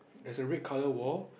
there's a red colour wall